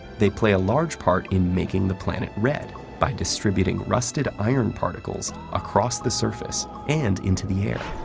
they play a large part in making the planet red by distributing rusted iron particles across the surface and into the air.